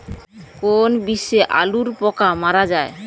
কোন বিষে আলুর পোকা মারা যায়?